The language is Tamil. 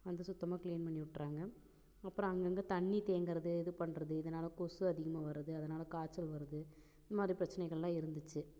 வந்து சுத்தமாக க்ளீன் பண்ணி விட்டுர்றாங்க அப்புறம் அங்கங்கே தண்ணி தேங்கறது இதுபண்ணுறது இதனால் கொசு அதிகமாக வரது அதனால் காய்ச்சல் வருது இதுமாதிரி பிரச்சனைகள்லாம் இருந்துச்சு